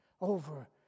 over